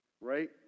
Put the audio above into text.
right